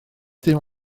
dim